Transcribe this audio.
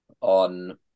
on